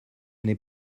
n’est